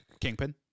Kingpin